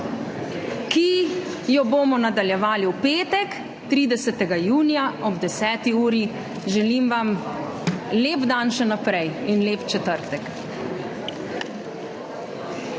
ki jo bomo nadaljevali v petek, 30. junija ob 10. uri. Želim vam lep dan še naprej in lep četrtek.